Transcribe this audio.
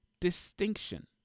distinction